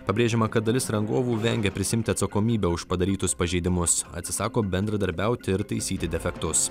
pabrėžiama kad dalis rangovų vengia prisiimti atsakomybę už padarytus pažeidimus atsisako bendradarbiauti ir taisyti defektus